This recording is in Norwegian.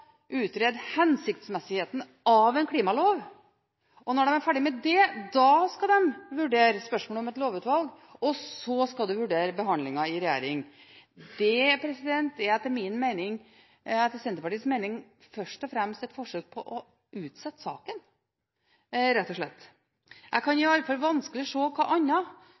utrede hensiktsmessigheten av en klimalov, og når de er ferdig med det, skal de vurdere spørsmålet om et lovutvalg, og så skal de vurdere behandlingen i regjering. Det er, etter Senterpartiets mening, først og fremst et forsøk på å utsette saken – rett og slett. Jeg kan i alle fall vanskelig se hva